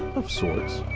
of sorts.